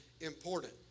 important